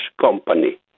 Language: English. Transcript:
company